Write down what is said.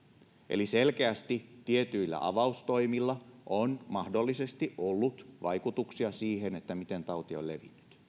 eli selkeästi tietyillä avaustoimilla on mahdollisesti ollut vaikutuksia siihen miten tauti on levinnyt